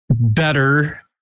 better